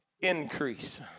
increase